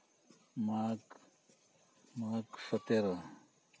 ᱢᱟᱜᱽ ᱢᱟᱜᱽ ᱥᱚᱛᱮᱨᱚ